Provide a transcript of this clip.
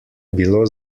bilo